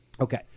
Okay